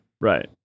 Right